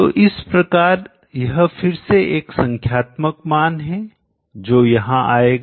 तो इस प्रकार यह फिर से एक संख्यात्मक मान है जो यहां आएगा